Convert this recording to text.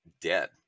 dead